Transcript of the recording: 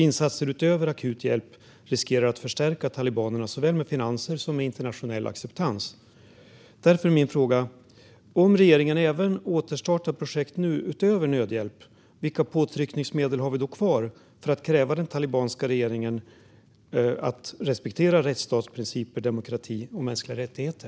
Insatser utöver akut hjälp riskerar att förstärka talibanerna såväl med finanser som med internationell acceptans. Därför är min fråga: Om regeringen nu även återstartar projekt utöver nödhjälp - vilka påtryckningsmedel har vi då kvar för att kräva att den talibanska regeringen respekterar rättsstatsprinciper, demokrati och mänskliga rättigheter?